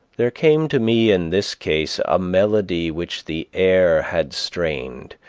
there came to me in this case a melody which the air had strained,